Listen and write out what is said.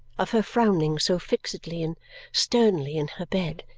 of her frowning so fixedly and sternly in her bed,